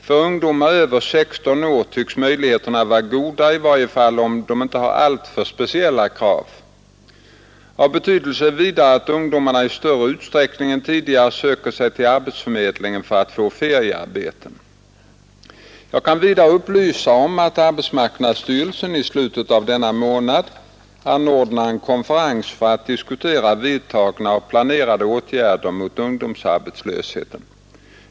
För ungdomar över 16 år tycks möjligheterna vara goda, i varje fall om de inte har alltför speciella krav. Av betydelse är vidare att ungdomarna i större utsträckning än tidigare söker sig till arbetsförmedlingen för att få feriearbete. Jag kan vidare upplysa om att arbetsmarknadsstyrelsen i slutet av denna månad anordnar en konferens för att diskutera vidtagna och planerade åtgärder mot ungdomsarbetslösheten.